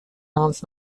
arms